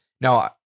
Now